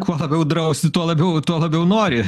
kuo labiau drausi tuo labiau tuo labiau nori